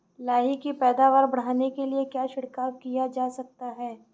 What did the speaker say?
लाही की पैदावार बढ़ाने के लिए क्या छिड़काव किया जा सकता है?